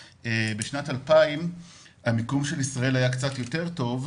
בשנת 2000 המיקום של ישראל היה קצת יותר טוב,